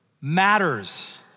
matters